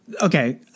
okay